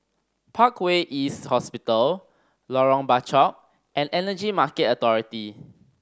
Parkway East Hospital Lorong Bachok and Energy Market Authority